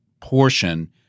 portion